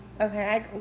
okay